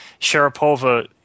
Sharapova